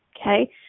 Okay